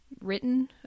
written